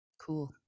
cool